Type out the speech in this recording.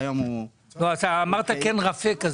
אמרת כן רפה.